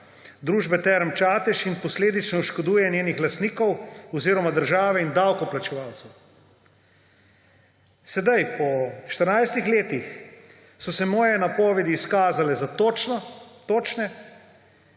družbe Terme Čatež in posledično oškoduje njenih lastnikov oziroma države in davkoplačevalcev. Sedaj, po 14 letih so se moje napovedi izkazale za točne,